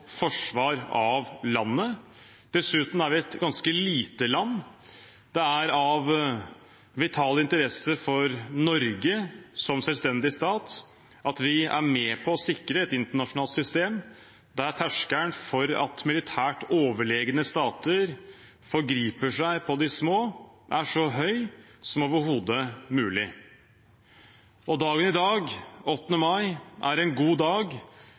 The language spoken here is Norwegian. forsvar av landet. Dessuten er vi et ganske lite land. Det er av vital interesse for Norge som selvstendig stat at vi er med på å sikre et internasjonalt system der terskelen for at militært overlegne stater forgriper seg på de små, er så høy som overhodet mulig. Og dagen i dag, 8. mai, er en god dag